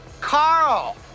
Carl